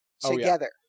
together